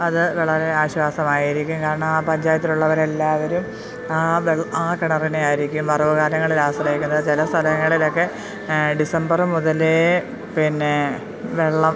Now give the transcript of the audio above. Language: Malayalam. അത് വളരെ ആശ്വാസമായിരിക്കും കാരണം ആ പഞ്ചായത്തിലുള്ളവരെല്ലാവരും ആ കിണറിനെയായിരിക്കും വറവുകാലങ്ങളിൽ ആശ്രയിക്കുന്നത് ചില സ്ഥലങ്ങളിലൊക്കെ ഡിസംബര് മുതലേ പിന്നെ വെള്ളം